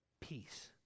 peace